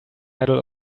medal